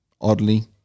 oddly